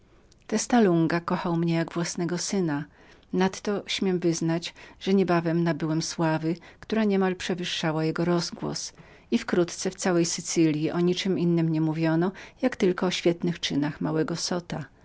całej bandy testa lunga kochał mnie jak własnego syna nadto śmiem wyznać że niebawem nabyłem sławy która przewyższała wziętość dowódzcy i wkrótce w całej sycylji o niczem innem nie mówiono jak tylko o świetnych czynach małego zota